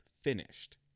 finished